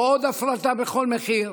לא עוד הפרטה בכל מחיר,